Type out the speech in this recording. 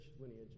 lineage